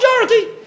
majority